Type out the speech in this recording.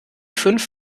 fünf